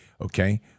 okay